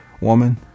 woman